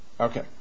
Okay